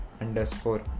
underscore